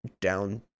down